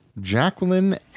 Jacqueline